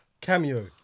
cameo